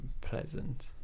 pleasant